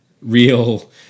real